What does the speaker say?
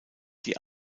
die